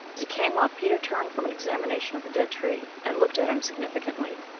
as he came up peter turned from an examination of the dead tree and looked at him significantly.